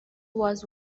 was